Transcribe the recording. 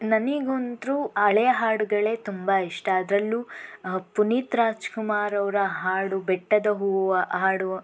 ನನಿಗೊಂದು ಹಳೆಯ ಹಾಡುಗಳೇ ತುಂಬ ಇಷ್ಟ ಅದರಲ್ಲೂ ಪುನೀತ್ ರಾಜ್ಕುಮಾರ್ ಅವರ ಹಾಡು ಬೆಟ್ಟದ ಹೂ ಹಾಡು